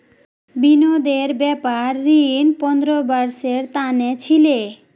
विनोदेर व्यापार ऋण पंद्रह वर्षेर त न छिले